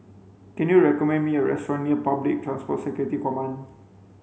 can you recommend me a restaurant near Public Transport Security Command